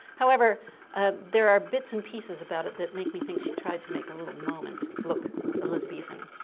however ah there are bits and pieces about it that make me think she tried to make a little moment look elizabethan.